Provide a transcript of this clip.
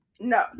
no